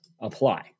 apply